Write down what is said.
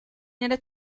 nella